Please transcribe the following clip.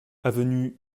avenue